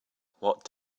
what